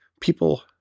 people